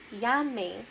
Yummy